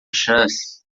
chance